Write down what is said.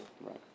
Right